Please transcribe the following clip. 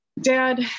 dad